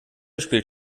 spielt